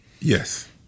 Yes